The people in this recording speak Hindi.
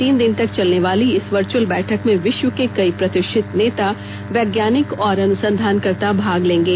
तीन दिन तक चलने वाली इस वर्चुअल बैठक में विश्व के कई प्रतिष्ठित नेता वैज्ञानिक और अनुसंधानकर्ता भाग लेंगे